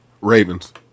Ravens